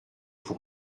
pour